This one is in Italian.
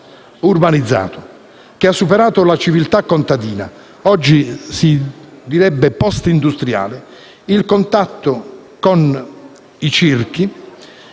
urbanizzato, che ha superato la civiltà contadina, che oggi si direbbe postindustriale, il contatto con circhi